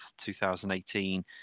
2018